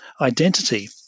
identity